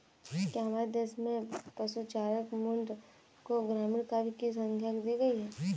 क्या हमारे देश में पशुचारक झुंड को ग्रामीण काव्य की संज्ञा दी गई है?